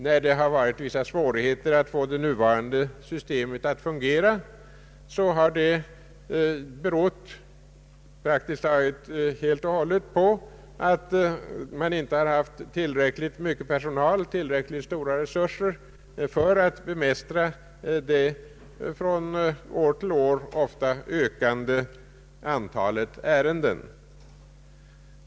När det har varit vissa svårigheter att få det nuvarande systemet att fungera, har det praktiskt taget helt och hållet berott på att man inte haft tillräckligt mycket personal, tillräckligt stora resurser, för att bemästra det från år till år ökande antalet ärenden.